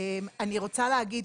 אני רוצה להגיד,